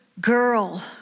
girl